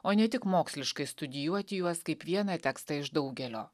o ne tik moksliškai studijuoti juos kaip vieną tekstą iš daugelio